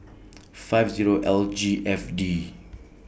five Zero L G F D